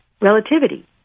Relativity